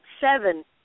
seven